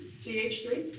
c h three.